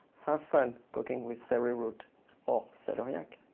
have fun cooking with celery root or celeriac.